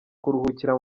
kuruhukira